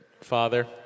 father